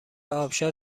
آبشار